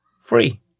Free